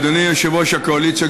אדוני יושב-ראש הקואליציה,